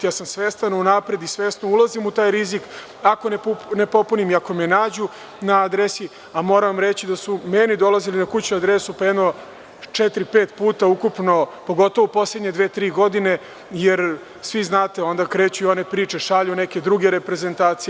Ja sam svestan unapred i svesno ulazim u taj rizik, ako ne popunim i ako me nađu na adresi, a moram reći da su meni dolazili na kućnu adresu jedno četiri, pet puta ukupno, pogotovo u poslednje dve tri godine, jer svi znate, onda kreću one priče, šalju neke druge reprezentacije.